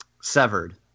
severed